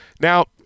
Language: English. Now